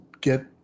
get